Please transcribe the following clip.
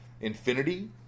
Infinity